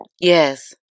Yes